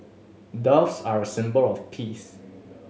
doves are a symbol of peace